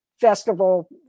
festival